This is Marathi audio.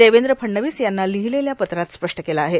देवेंद्र फडणवीस यांना लिहिलेल्या पत्रात स्पष्ट केले आहे